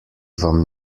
vam